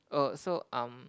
oh so um